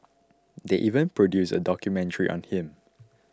they even produced a documentary on him